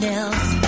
else